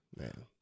Man